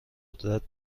ندرت